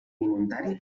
voluntari